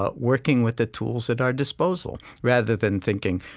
ah working with the tools at our disposal. rather than thinking,